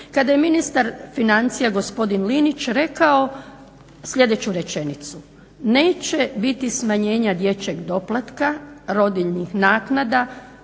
kada je Ministar financija, gospodin Linić rekao sljedeću rečenicu: "Neće biti smanjenja dječjeg doplatka, rodiljnih naknada".